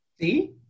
See